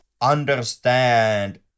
understand